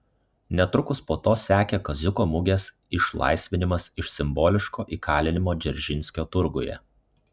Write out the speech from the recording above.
netrukus po to sekė kaziuko mugės išlaisvinimas iš simboliško įkalinimo dzeržinskio turguje